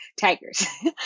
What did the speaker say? Tigers